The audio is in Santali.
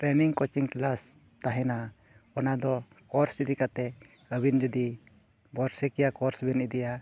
ᱛᱟᱦᱮᱱᱟ ᱚᱱᱟᱫᱚ ᱤᱫᱤ ᱠᱟᱛᱮᱫ ᱟᱹᱵᱤᱱ ᱡᱩᱫᱤ ᱵᱚᱨᱥᱚᱠᱤᱭᱟᱹ ᱵᱮᱱ ᱤᱫᱤᱭᱟ